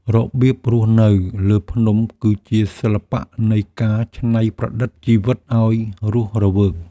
របៀបរស់នៅលើភ្នំគឺជាសិល្បៈនៃការច្នៃប្រឌិតជីវិតឱ្យរស់រវើក។